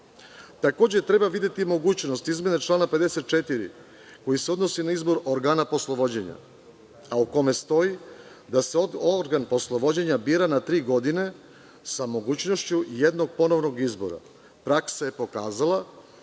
rada. Takođe, treba videti mogućnost izmene člana 54. koji se odnosi na izbor organa poslovođenja, a u kome stoji da se organ poslovođenja bira na tri godine, sa mogućnošću jednog ponovnog izbora. Praksa je pokazala